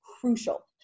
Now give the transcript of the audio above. crucial